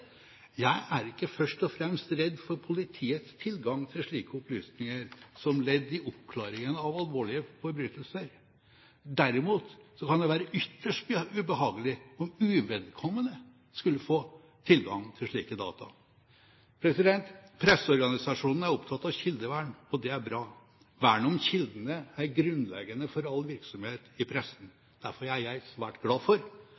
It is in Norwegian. Jeg er ikke først og fremst redd for politiets tilgang til slike opplysninger som ledd i oppklaringen av alvorlige forbrytelser. Derimot kan det være ytterst ubehagelig om uvedkommende skulle få tilgang til slike data. Presseorganisasjonene er opptatt av kildevern, og det er bra. Vernet om kildene er grunnleggende for all virksomhet i pressen. Derfor er jeg svært glad for